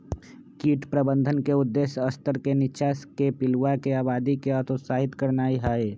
कीट प्रबंधन के उद्देश्य स्तर से नीच्चाके पिलुआके आबादी के हतोत्साहित करनाइ हइ